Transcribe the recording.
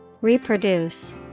Reproduce